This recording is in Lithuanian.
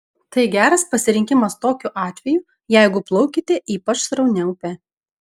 tai geras pasirinkimas tokiu atveju jeigu plaukiate ypač sraunia upe